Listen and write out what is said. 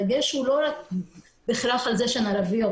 הדגש הוא לא בהכרח על זה שהן ערביות,